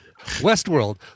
Westworld